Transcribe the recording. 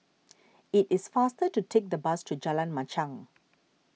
it is faster to take the bus to Jalan Machang